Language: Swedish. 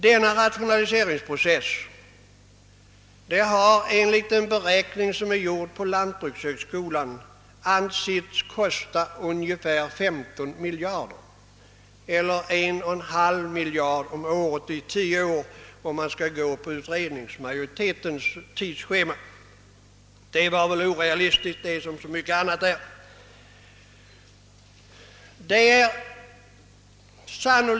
Denna rationaliseringsprocess har, enligt en beräkning som är gjord av lantbrukshögskolan, ansetts kosta ungefär 15 miljarder kronor — 1,5 miljarder om året i tio år enligt utredningsmajoritetens tidsschema. Detta tidsschema är emellertid orealistiskt liksom så mycket annat i utredningens betänkande.